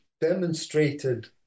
demonstrated